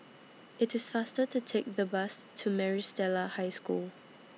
It's faster to Take The Bus to Maris Stella High School